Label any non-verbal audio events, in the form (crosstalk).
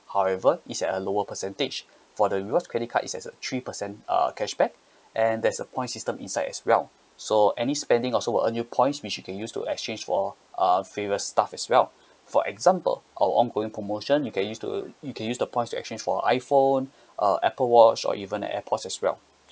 however it's at a lower percentage for the rewards credit card is at uh three percent uh cashback and there's a point system inside as well so any spending also will earn you points which you can use to exchange for uh previous stuff as well (breath) for example our ongoing promotion you can use to uh you can use the points to exchange for iphone uh apple watch or even air pod as well